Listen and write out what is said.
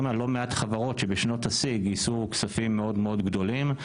על לא מעט חברות שבשנות השיא גייסו כספים מאוד גדולים.